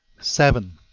seven.